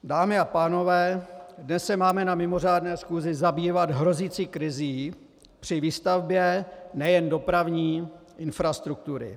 Dámy a pánové, dnes se máme na mimořádné schůzi zabývat hrozící krizí při výstavbě nejen dopravní infrastruktury.